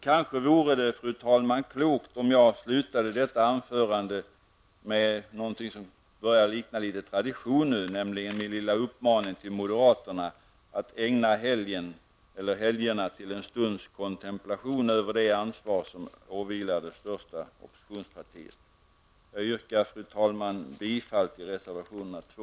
Kanske vore det klokt, fru talman, om jag slutade detta anförande med någonting som börjar bli en tradition nu, nämligen min lilla uppmaning till moderaterna att ägna helgerna till en stunds kontemplation över det ansvar som åvilar det största oppositionspartiet. Jag yrkar, fru talman, bifall till reservationerna 2